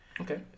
Okay